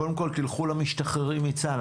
קודם כול תלכו למשתחררים מצה"ל.